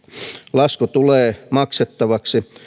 lasku tulee maksettavaksi